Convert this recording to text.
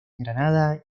granada